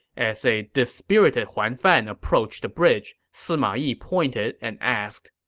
as a dispirited huan fan approached the bridge, sima yi pointed and asked,